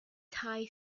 tai